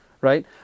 right